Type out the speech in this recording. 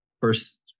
first